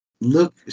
look